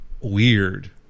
weird